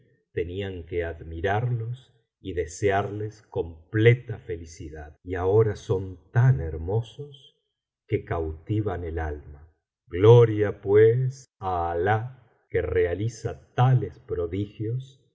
tenían que admirarlos y desearles completa felicidad y ahora son tan hermosos que cautivan el alma gloria pites á alah que realiza tales prodigios